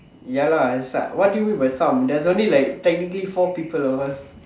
ya lah it's like what do you mean by some there's only like technically four people of us